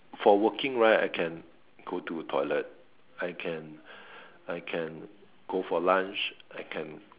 for working right I can go to toilet I can I can go for lunch I can